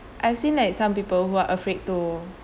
as in like some people who are afraid to